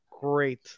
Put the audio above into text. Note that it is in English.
great